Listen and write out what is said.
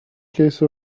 case